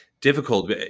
difficult